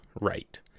right